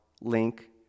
link